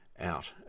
out